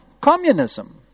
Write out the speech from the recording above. communism